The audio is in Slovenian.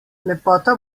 lepota